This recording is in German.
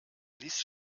ließ